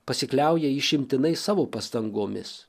pasikliauja išimtinai savo pastangomis